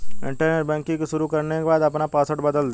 internet banking को शुरू करने के बाद अपना पॉसवर्ड बदल दे